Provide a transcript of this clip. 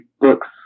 books